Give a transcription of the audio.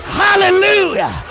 hallelujah